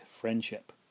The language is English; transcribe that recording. friendship